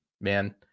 man